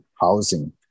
housing